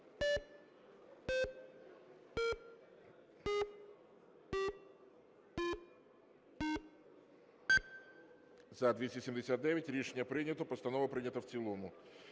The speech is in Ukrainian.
За-279 Рішення прийнято. Постанова прийнята в цілому.